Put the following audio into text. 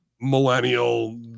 millennial